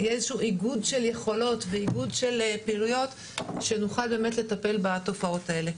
יהיה איזשהו איגוד של יכולות ופעילויות שנוכל באמת לטפל בתופעות האלה.